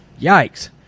Yikes